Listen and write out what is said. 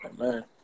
Amen